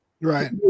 Right